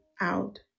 out